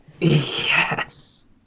Yes